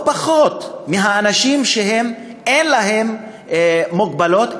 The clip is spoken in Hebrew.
לא פחות משל אנשים שאין להם מוגבלות,